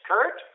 Kurt